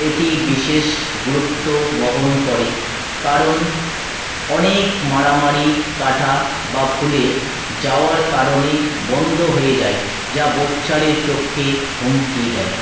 এটি বিশেষ গুরুত্ব বহন করে কারণ অনেক মারামারি কাটা বা ফুলে যাওয়ার কারণে বন্ধ হয়ে যায় যা বোকচারের চোখকে হুমকি দেয়